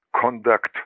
conduct